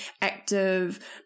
active